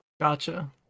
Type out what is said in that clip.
Gotcha